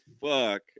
fuck